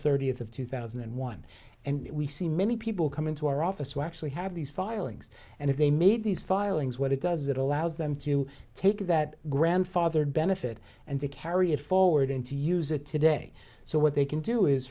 thirtieth of two thousand and one and we see many people come into our office who actually have these filings and if they made these filings what it does is it allows them to take that grandfathered benefit and to carry it forward and to use it today so what they can do is